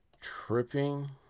tripping